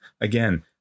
again